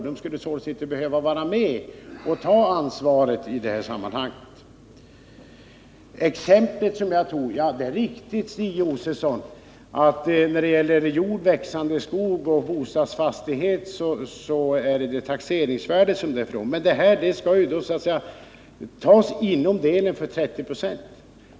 De skulle sålunda inte behöva vara med och ta ansvaret i detta sammanhang. Exemplet som jag anförde är riktigt, Stig Josefson. När det gäller jord, växande skog och bostadsfastighet är det taxeringsvärden det är fråga om. Men det här skall ju tas upp inom ramen för 30 96.